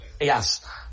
Yes